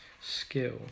skill